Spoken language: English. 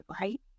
right